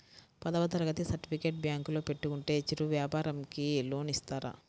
పదవ తరగతి సర్టిఫికేట్ బ్యాంకులో పెట్టుకుంటే చిరు వ్యాపారంకి లోన్ ఇస్తారా?